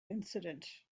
incident